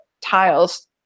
tiles